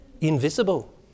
invisible